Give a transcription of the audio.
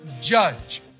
judge